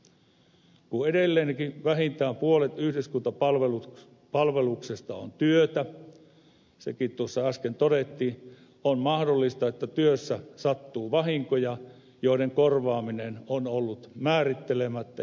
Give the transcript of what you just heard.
kun edelleenkin vähintään puolet yhdyskuntapalveluksesta on työtä sekin tuossa äsken todettiin on mahdollista että työssä sattuu vahinkoja joiden korvaaminen on ollut määrittelemättä